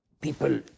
people